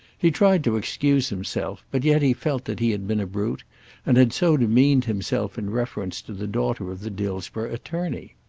he tried to excuse himself, but yet he felt that he had been a brute and had so demeaned himself in reference to the daughter of the dillsborough attorney!